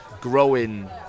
growing